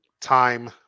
time